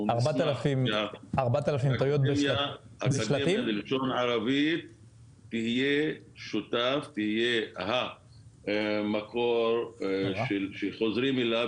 והאקדמיה ללשון הערבית תהיה שותפה ותהיה השותפה שחוזרים אליה,